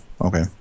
Okay